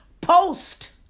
Post